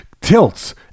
tilts